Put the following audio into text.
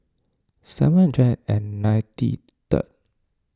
seven hundred and ninety third